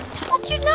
told you